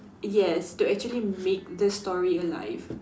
yes to actually make this story alive